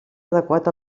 adequat